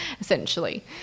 essentially